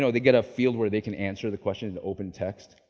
so they get a field where they can answer the question in open text,